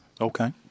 Okay